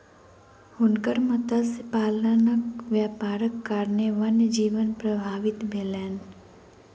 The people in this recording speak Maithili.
हुनकर मत्स्य पालनक व्यापारक कारणेँ वन्य जीवन प्रभावित भेलैन